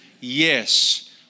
Yes